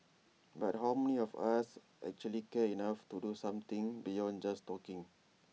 but how many of us actually care enough to do something beyond just talking